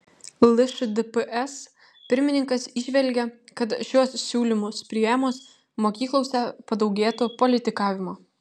lšdps pirmininkas įžvelgia kad šiuos siūlymus priėmus mokyklose padaugėtų politikavimo